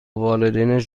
والدینش